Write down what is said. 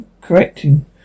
correcting